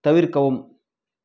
தவிர்க்கவும்